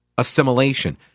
assimilation